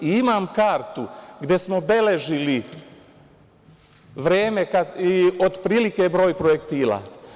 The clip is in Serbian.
Imam kartu gde smo beležili vreme i otprilike broj projektila.